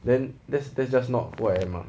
then that's that's just not what I am mah